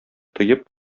тоеп